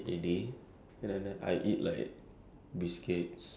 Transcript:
or like buying some old chang-kee I really have like empty stomach now